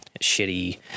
shitty